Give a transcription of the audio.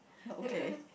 okay